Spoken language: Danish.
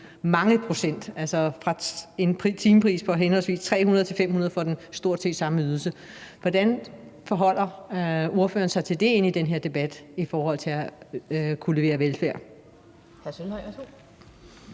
mange procent. Der er en timepris på henholdsvis 300 kr. til 500 kr. for den stort set samme ydelse. Hvordan forholder ordføreren sig til det i den her debat i forhold til at kunne levere velfærd?